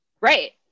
Right